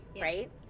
right